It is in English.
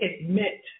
admit